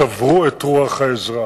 שברו את רוח האזרח,